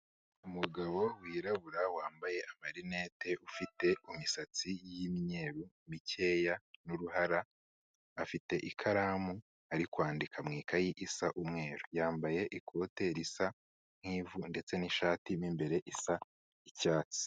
Umugabo wirabura wambaye amarinete ufite imisatsi y'imyeru mikeya n'uruhara, afite ikaramu ari kwandika mu ikayi isa umweru. Yambaye ikote risa nk'ivu ndetse n'ishati mo imbere isa icyatsi.